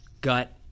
gut